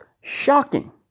shocking